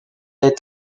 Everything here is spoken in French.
est